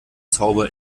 zauber